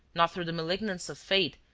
not through the malignance of fate,